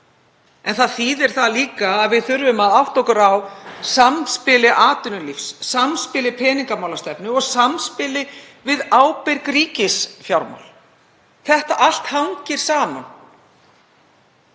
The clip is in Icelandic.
Það þýðir líka að við þurfum að átta okkur á samspili atvinnulífs og peningamálastefnu og samspili við ábyrg ríkisfjármál. Þetta hangir allt